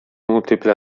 multiple